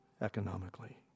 economically